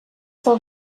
pel